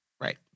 Right